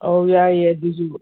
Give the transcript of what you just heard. ꯑꯧ ꯌꯥꯏꯌꯦ ꯑꯗꯨꯁꯨ